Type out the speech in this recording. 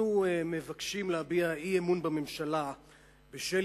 אנחנו מבקשים להביע אי-אמון בממשלה בשל